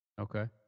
Okay